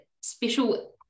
special